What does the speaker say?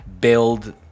build